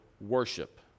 worship